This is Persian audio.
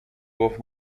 گفت